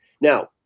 Now